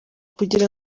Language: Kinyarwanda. kugira